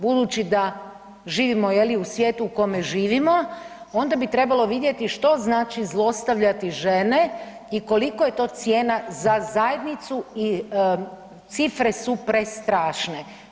Budući da živimo u svijetu je li u kome živimo onda bi trebalo vidjeti što znači zlostavljati žene i koliko je to cijena za zajednicu i cifre su prestrašne.